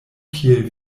kiel